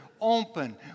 open